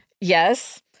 Yes